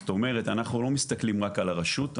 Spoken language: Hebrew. זאת אומרת אנחנו לא מסתכלים רק על הרשות.